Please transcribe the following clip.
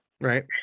Right